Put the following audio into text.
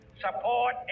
support